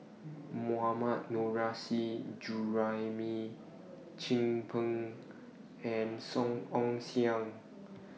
Mohammad Nurrasyid Juraimi Chin Peng and Song Ong Siang